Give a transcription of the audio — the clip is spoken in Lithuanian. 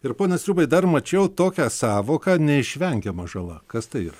ir pone sriubai dar mačiau tokią sąvoką neišvengiama žala kas tai yra